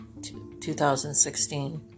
2016